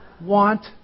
want